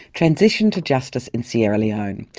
transition to justice in sierra leone,